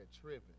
tripping